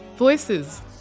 voices